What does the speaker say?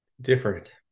different